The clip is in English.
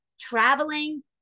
Traveling